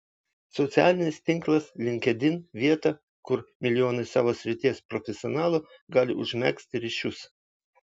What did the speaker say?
socialinis tinklas linkedin vieta kur milijonai savo srities profesionalų gali užmegzti ryšius